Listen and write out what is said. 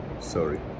Sorry